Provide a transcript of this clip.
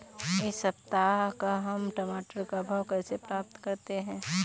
इस सप्ताह का हम टमाटर का भाव कैसे पता करें?